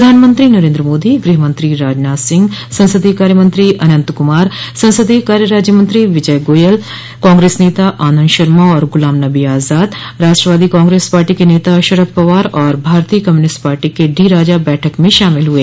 प्रधानमंत्री नरेन्द्र मोदी गृहमंत्री राजनाथ सिंह संसदीय कार्यमंत्री अनंत कुमार संसदीय काय राज्य मंत्री विजय गोयल कांग्रेस नेता आनंद शर्मा और गुलाम नबी आजाद राष्ट्रवादी कांग्रेस पार्टी के नेता शरद पवार और भारतीय कम्युनिस्ट पार्टी के डी राजा बैठक में शामिल हुए